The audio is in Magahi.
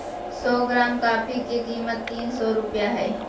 सो ग्राम कॉफी के कीमत तीन सो रुपया हइ